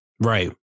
Right